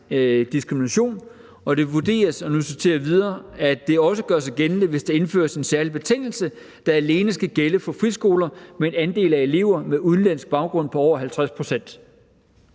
diskrimination, og det vurderes – og nu citerer jeg videre – »at dette også gør sig gældende, hvis der indføres en særlig betingelse, der alene skal gælde for friskoler med en andel af elever med udenlandsk baggrund på over 50 pct.«.